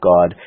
God